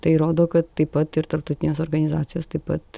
tai rodo kad taip pat ir tarptautinės organizacijos taip pat